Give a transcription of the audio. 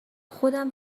خودم